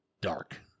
dark